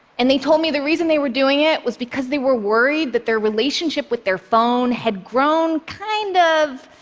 and they told me the reason they were doing it was because they were worried that their relationship with their phone had grown kind of.